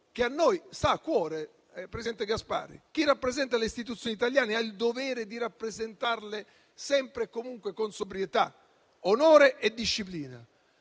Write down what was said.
che a noi sta cuore, presidente Gasparri. Chi rappresenta le istituzioni italiane ha il dovere di farlo sempre e comunque con sobrietà, onore e disciplina,